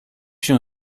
się